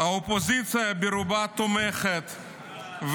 -- האופוזיציה ברובה תומכת,